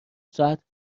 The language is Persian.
ساعت